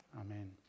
Amen